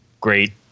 great